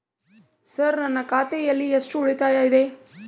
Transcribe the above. Sir ನನ್ನ ಖಾತೆಯಲ್ಲಿ ಎಷ್ಟು ಉಳಿತಾಯ ಇದೆ?